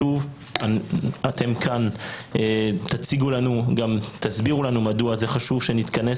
אתם תציגו ותסבירו לנו מדוע זה חשוב שנתכנס